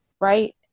right